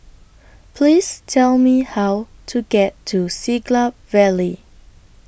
Please Tell Me How to get to Siglap Valley